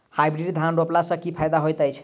Hybrid धान रोपला सँ की फायदा होइत अछि?